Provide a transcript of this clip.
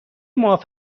معاف